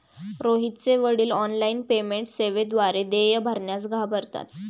रोहितचे वडील online payment सेवेद्वारे देय भरण्यास घाबरतात